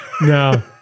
No